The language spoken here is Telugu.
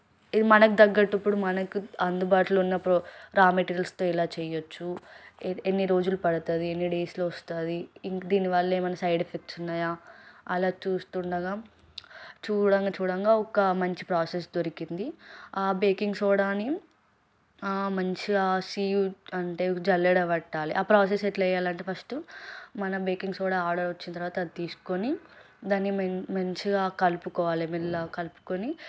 ఇది మనకు తగ్గట్టు ఇప్పుడు మనకు అందుబాటులో ఉన్నప్పుడు రా మెటీరియల్స్తో ఎలా చేయచ్చు ఎ ఎన్ని రోజులు పడుతుంది ఎన్ని డేస్లో వస్తుంది దీనివల్ల ఏమైనా సైడ్ ఎఫెక్ట్స్ ఉన్నాయా అలా చూస్తుండగా చూడంగా చూడంగా ఒక మంచి ప్రాసెస్ దొరికింది ఆ బేకింగ్ సోడాని మంచిగా సివ్డ్ అంటే జల్లెడ పట్టాలి ఆ ప్రాసెస్ ఎట్లా చేయాలంటే ఫస్ట్ మనం బేకింగ్ సోడా ఆర్డర్ వచ్చిన తర్వాత అది తీసుకొని దాన్ని మంచిగా కలుపుకోవాలి మెల్లగా కలుపుకొని